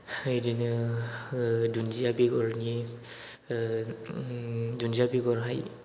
बिदिनो दुन्दिया बेगरनि दुन्दिया बेगरहाय